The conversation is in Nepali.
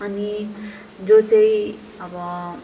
अनि जो चाहिँ अब